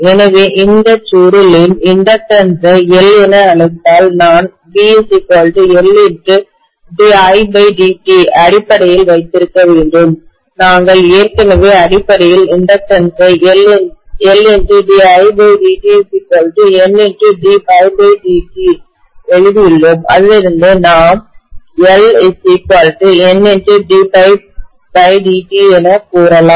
எனவே இந்த சுருளின் இண்டக்டன்ஸ் ஐ L என நான் அழைத்தால் நான் vLdidt அடிப்படையில் வைத்திருக்க வேண்டும் நாங்கள் ஏற்கனவே அடிப்படையில் இண்டக்டன்ஸ் ஐ LdidtNd∅dtஎழுதியுள்ளோம் அதிலிருந்து நாம் LNd∅dt என கூறலாம்